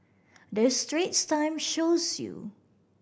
the Straits Times shows you